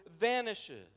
vanishes